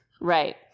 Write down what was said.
Right